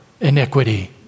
iniquity